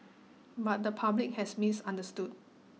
but the public has misunderstood